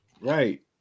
Right